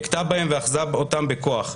הכתה בהם ואחזה אותם בכוח.